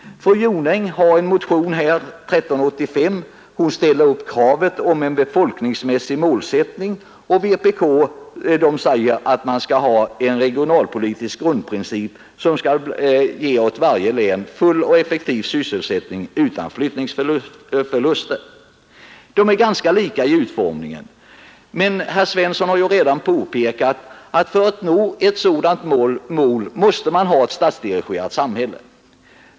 Fru Jonäng ställer i motionen 1385 upp kravet på en befolkningsmässig målsättning, och vpk säger att man skall ha en regionalpolitisk grundprincip som skall ge åt varje län full och effektiv sysselsättning utan flyttningsförluster. Motionerna är ganska lika i utformningen. Men herr Svensson har redan påpekat att för att nå ett sådant mål måste man ha ett statsdirigerat samhälle.